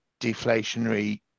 deflationary